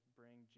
bring